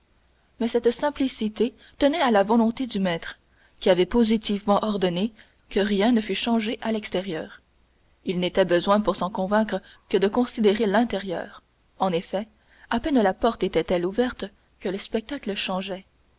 mais cette simplicité tenait à la volonté du maître qui avait positivement ordonné que rien ne fût changé à l'extérieur il n'était besoin pour s'en convaincre que de considérer l'intérieur en effet à peine la porte était-elle ouverte que le spectacle changeait